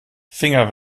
finger